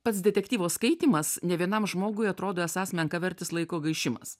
pats detektyvo skaitymas nė vienam žmogui atrodo esąs menkavertis laiko gaišimas